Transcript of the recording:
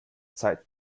zeit